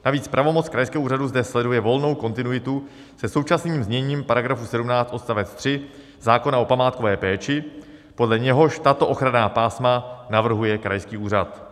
Navíc pravomoc krajského úřadu zde sleduje volnou kontinuitu se současným zněním § 17 odst. 3 zákona o památkové péči, podle něhož tato ochranná pásma navrhuje krajský úřad.